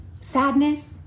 sadness